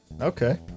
okay